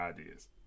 ideas